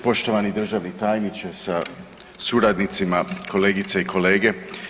Poštovani državni tajniče sa suradnicima, kolegice i kolege.